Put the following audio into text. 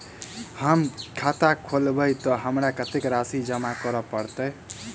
हम खाता खोलेबै तऽ हमरा कत्तेक राशि जमा करऽ पड़त?